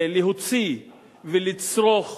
להוציא ולצרוך